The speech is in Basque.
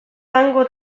dango